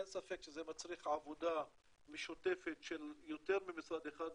אין ספק שזה מצריך עבודה משותפת של יותר ממשרד אחד,